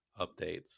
updates